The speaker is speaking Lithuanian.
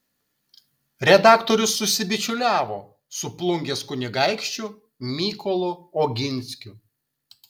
redaktorius susibičiuliavo su plungės kunigaikščiu mykolu oginskiu